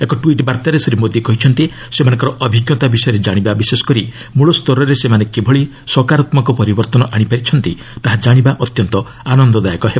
ଏକ ଟ୍ୱିଟ୍ ବାର୍ତ୍ତାରେ ଶ୍ରୀ ମୋଦି କହିଛନ୍ତି ସେମାନଙ୍କର ଅଭିଜ୍ଞତା ବିଷୟରେ ଜାଣିବା ବିଶେଷକରି ମୂଳସ୍ତରରେ ସେମାନେ କିଭଳି ସକାରାତ୍ମକ ପରିବର୍ତ୍ତନ ଆଣିପାରିଛନ୍ତି ତାହା ଜାଶିବା ଅତ୍ୟନ୍ତ ଆନନ୍ଦଦାୟକ ହେବ